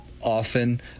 often